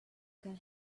can